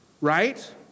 Right